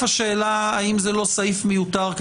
האם זה לא סעיף מיותר?